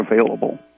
available